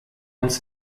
uns